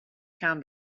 can